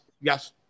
yes